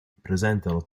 presentano